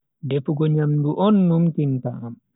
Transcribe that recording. defugo nyamdu on numtinta am.